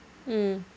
mm